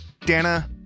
Dana